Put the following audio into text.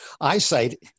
Eyesight